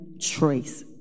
trace